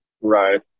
Right